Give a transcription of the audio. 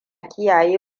kiyaye